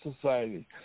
Society